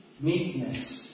meekness